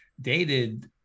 dated